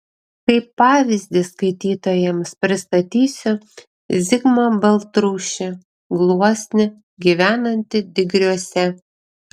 kaip pavyzdį skaitytojams pristatysiu zigmą baltrušį gluosnį gyvenantį digriuose